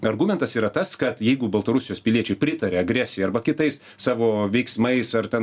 argumentas yra tas kad jeigu baltarusijos piliečiai pritaria agresijai arba kitais savo veiksmais ar ten